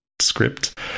script